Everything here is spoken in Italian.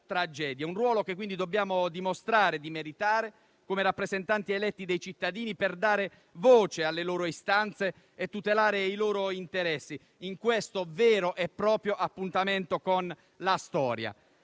un ruolo che dobbiamo dimostrare di meritare, come rappresentanti eletti dai cittadini, per dare voce alle loro istanze e tutelare i loro interessi in questo vero e proprio appuntamento con la storia.